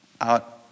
out